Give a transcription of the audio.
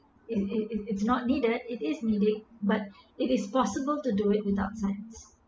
is it if it's not needed it is needed but it is possible to do it without science